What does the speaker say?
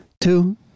Two